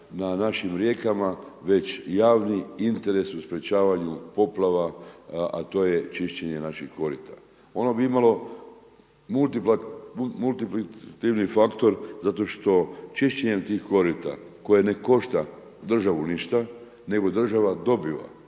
na našim rijekama već javni interes u sprečavanju poplava, a to je čišćenje naših korita. Ono bi muli multiplitivni faktor zato što čišćenjem tih korita koje ne košta državu ništa, nego država dobiva